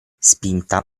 spinta